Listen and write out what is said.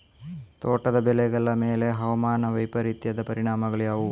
ತೋಟದ ಬೆಳೆಗಳ ಮೇಲೆ ಹವಾಮಾನ ವೈಪರೀತ್ಯದ ಪರಿಣಾಮಗಳು ಯಾವುವು?